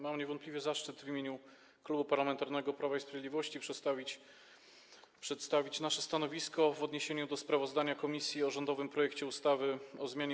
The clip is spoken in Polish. Mam niewątpliwie zaszczyt w imieniu Klubu Parlamentarnego Prawo i Sprawiedliwość przedstawić nasze stanowisko w odniesieniu do sprawozdania komisji o rządowym projekcie ustawy o zmianie